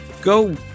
Go